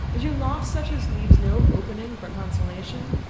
is your loss such as leaves no opening for consolation?